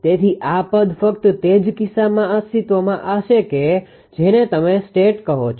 તેથી આ પદ ફક્ત તે જ કિસ્સામાં અસ્તિત્વમાં હશે કે જેને તમે સ્ટેટ કહો છો